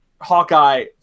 Hawkeye